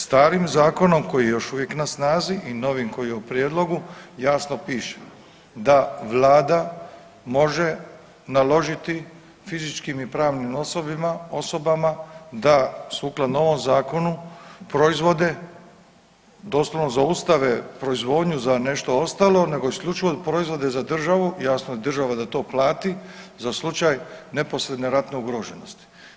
Starim zakonom koji je još uvijek na snazi i novim koji je u prijedlogu, jasno piše da Vlada može naložiti fizičkim i pravnim osobama da sukladno ovom Zakonu proizvode doslovno zaustave proizvodnju za nešto ostalo, nego isključivo proizvode za državu, jasno, država da to plati, za slučaj neposredne ratne ugroženosti.